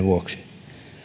vuoksi